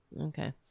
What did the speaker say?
okay